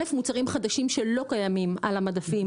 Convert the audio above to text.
א' מוצרים חדשים שלא קיימים על המדפים